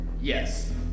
Yes